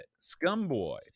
Scumboy